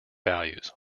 values